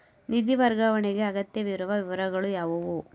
ನಿಧಿ ವರ್ಗಾವಣೆಗೆ ಅಗತ್ಯವಿರುವ ವಿವರಗಳು ಯಾವುವು?